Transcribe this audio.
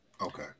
okay